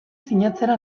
sinatzera